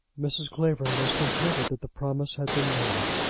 mrs. clavering was contented that the promise had been made,